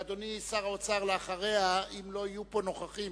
אדוני שר האוצר, אחריה, אם לא יהיו פה נוכחים,